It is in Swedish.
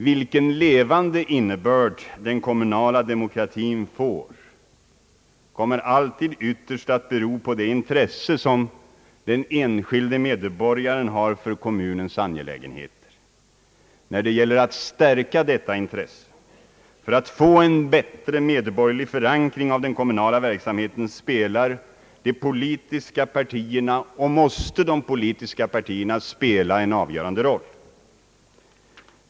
Vilken levande innebörd den kommunala demokratin får kommer alltid ytterst att bero på det intresse som den enskilde medborgaren har för kommunens angelägenheter. När det gäller att stärka detta intresse för att få en bättre medborgerlig förankring av den kommunala verksamheten spelar de politiska partierna en avgörande roll och måste göra det.